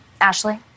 Ashley